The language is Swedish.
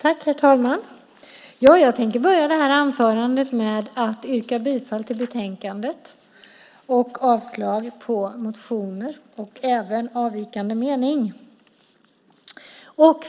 Herr talman! Jag ska börja med att yrka bifall till förslaget i betänkandet och avslag på motioner och även på avvikande mening.